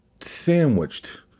sandwiched